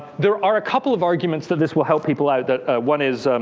there are a couple of arguments that this will help people out. that one is,